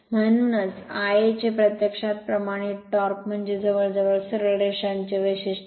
म्हणूनच Ia चे प्रत्यक्षात प्रमाणित टॉर्क म्हणजे जवळजवळ सरळ रेषांचे वैशिष्ट्य आहे